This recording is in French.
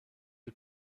les